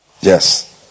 Yes